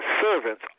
servants